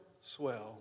swell